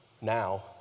Now